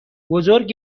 بزرگ